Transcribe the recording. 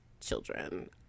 children